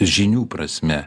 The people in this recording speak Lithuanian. žinių prasme